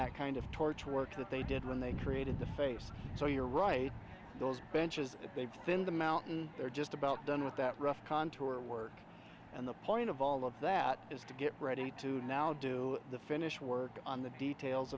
that kind of torture work that they did when they created the face so you're right those benches if they've been the mountain they're just about done with that rough contour work and the point of all of that is to get ready to now do the finish work on the details